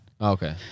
Okay